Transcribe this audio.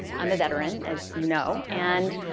i'm a veteran as you know. and